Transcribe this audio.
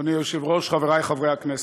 אדוני היושב-ראש, חברי חברי הכנסת,